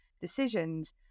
decisions